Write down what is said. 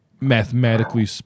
mathematically